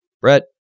Brett